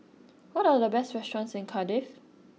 what are the best restaurants in Cardiff